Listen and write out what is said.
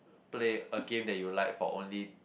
play a game that you like for only